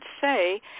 say